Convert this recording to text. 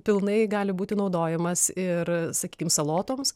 pilnai gali būti naudojamas ir sakykim salotoms